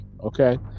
Okay